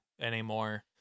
anymore